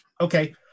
Okay